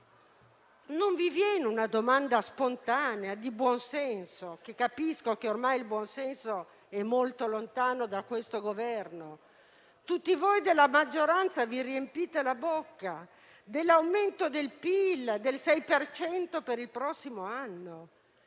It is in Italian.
Non vi viene una domanda spontanea e di buon senso? Capisco che ormai il buonsenso è molto lontano da questo Governo. Tutti voi, colleghi della maggioranza, vi riempite la bocca dell'aumento del PIL del 6 per cento per il prossimo anno,